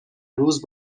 روز